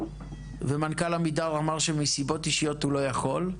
ומנכל עמידר אמר שמסיבות אישיות הוא לא יכול,